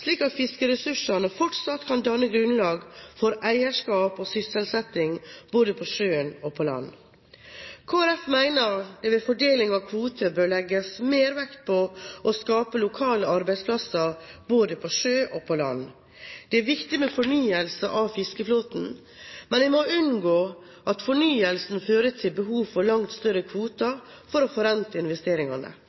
slik at fiskeressursene fortsatt kan danne grunnlag for eierskap og sysselsetting både på sjø og på land. Kristelig Folkeparti mener at det ved fordeling av kvoter bør legges mer vekt på å skape lokale arbeidsplasser både på sjø og på land. Det er viktig med fornyelse av fiskeflåten, men en må unngå at fornyelsen fører til behov for langt større kvoter for å forrente investeringene.